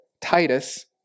Titus